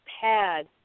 pad